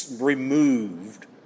removed